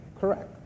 correct